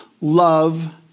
love